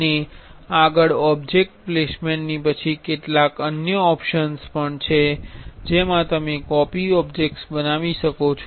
અને આગળ object placement પછી કેટલાક અન્ય ઓપ્શન્સ પણ છે જેમા તમે કોપી ઓબ્જેક્ટ્સ બનાવી શકો છો